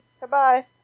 Goodbye